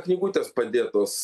knygutės padėtos